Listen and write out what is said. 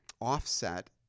offset